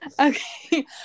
Okay